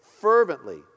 fervently